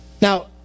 Now